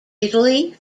italy